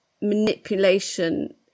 manipulation